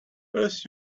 first